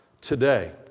today